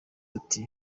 ati